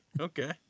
Okay